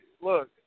Look